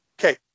Okay